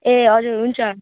ए हजुर हुन्छ